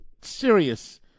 serious